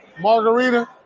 Margarita